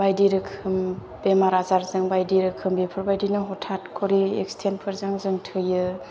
बायदि रोखोम बेमार आजारजों बायदि रोखोम बेफोरबायदिनो हथातखरि एक्सि़डेन्टफोरजों जों थैयो